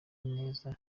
neza